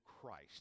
Christ